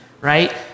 right